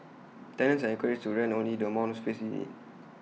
tenants are encouraged to rent only the amount of space they need